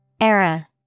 Era